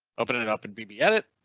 open and it up and be be edit